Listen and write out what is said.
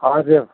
हजुर